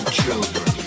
children